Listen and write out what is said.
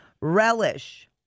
relish